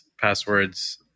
passwords